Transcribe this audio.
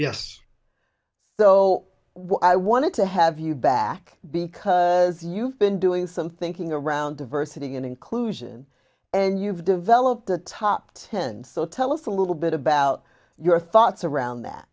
what i wanted to have you back because you've been doing some thinking around diversity and inclusion and you've developed the top ten so tell us a little bit about your thoughts around that